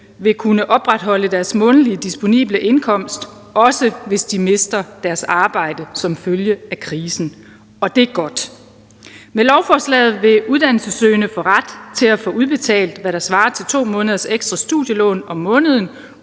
vil kunne opretholde deres månedlige disponible indkomst, også hvis de mister deres arbejde som følge af krisen – og det er godt. Med lovforslaget vil uddannelsessøgende få ret til at få udbetalt, hvad der svarer til 2 måneders ekstra studielån om måneden